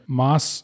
mass